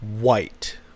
white